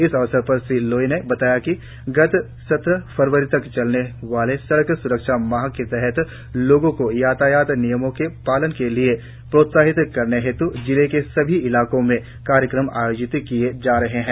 इस अवसर पर श्री लोई ने बताया कि गत सत्रह फरवरी तक चलने वाले सड़क सुरक्षा माह के तहत लोगों को यातायात नियमों के पालन के लिए प्रोत्साहित करने हेतु जिले के सभी इलाकों में कार्यक्रम आयोजित किए जा रहे है